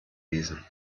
gießen